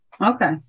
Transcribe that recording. Okay